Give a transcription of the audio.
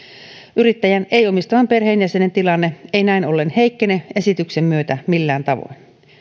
yrittäjän ei omistavan perheenjäsenen tilanne ei näin ollen heikkene esityksen myötä millään tavoin